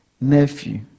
nephew